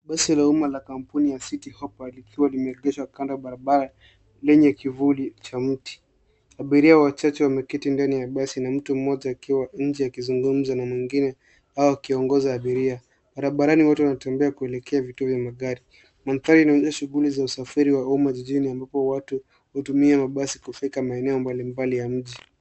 Basi la umma la kampuni ya city hoppa ilikuwa limeekezwa kanda barabara lenye kivuli cha mti. Abiria wachache wameketi ndani ya basi na mtu mmoja akiwa nje akizungumza na mwingine au akiongoza abiria. Barabarani watu wanatembea kuelekea vituo vya magari. Mandhari inaonyesha shughuli za usafiri wa umma jijini ambapo watu hutumia mabasi kufika maeneo mbalimbali ya mji.